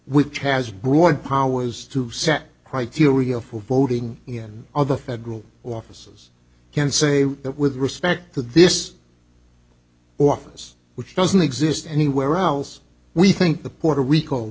which has broad powers to set criteria for voting in other federal offices can say that with respect to this office which doesn't exist anywhere else we think the puerto rico